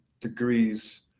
degrees